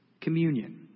communion